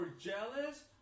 jealous